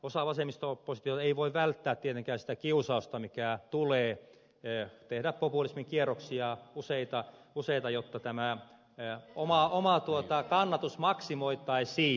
osa vasemmisto oppositiosta ei voi välttää tietenkään sitä kiusausta mikä tulee tehdä populismin kierroksia useita jotta oma kannatus maksimoitaisiin